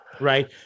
right